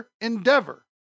endeavor